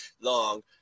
long